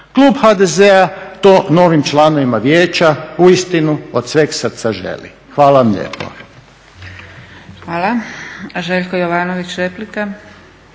Klub HDZ-a to novim članovima Vijeća uistinu od sveg srca želi. Hvala vam lijepo. **Zgrebec, Dragica